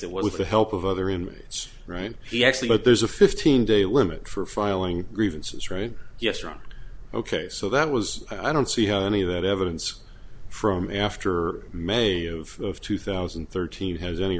with the help of other inmates right he actually but there's a fifteen day limit for filing grievances right yes wrong ok so that was i don't see how any of that evidence from after may of two thousand and thirteen has any